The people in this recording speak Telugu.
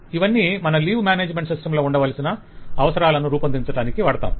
ఇవన్నీ మన లీవ్ మేనేజ్మెంట్ సిస్టం లో ఉండవలసిన అవసారాలను రూపొందించటానికి వాడతాము